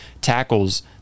tackles